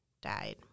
died